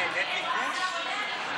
מה אין, אין ביקוש?